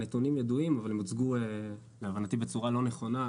הנתונים ידועים אבל הוצגו להבנתי בצורה לא נכונה.